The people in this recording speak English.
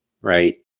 right